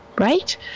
Right